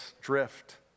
drift